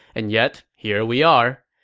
and yet here we are.